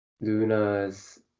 Luna's